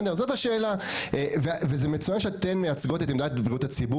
ומצוין שאתן מייצגות את עמדת בריאות הציבור